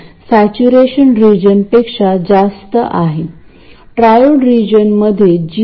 म्हणून मी capacitor C1 वापरून सिग्नल सोर्स सोबत ते कनेक्ट करतो